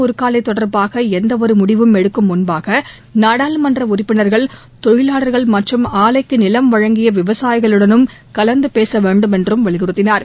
உருக்காலை தொடர்பாக எந்தவொரு முடிவும் எடுக்கும் முன்பாக சேலம் நாடாளுமன்ற உறுப்பினர்கள் தொழிலாளர்கள் மற்றும் ஆலைக்கு நிலம் வழங்கிய விவசாயிகளுடனும் கலந்து பேச வேண்டும் என்றும் வலியுறுத்தினார்